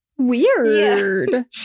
Weird